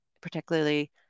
particularly